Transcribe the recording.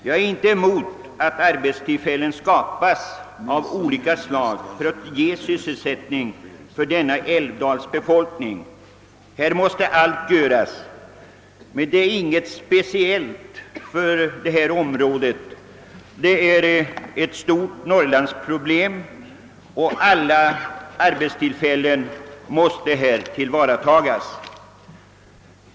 Jag är inte emot att sysselsättningstillfällen av olika slag skapas för denna älvdals befolkning. Här måste allt göras. Men sysselsättningssvårigheterna är ingenting speciellt för detta område — de är ett stort Norrlandsproblem, och alla arbetstillfällen i landsändan måste tillvaratas.